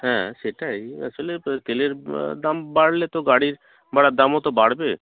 হ্যাঁ সেটাই আসলে তেলের দাম বাড়লে তো গাড়ির ভাড়ার দামও তো বাড়বে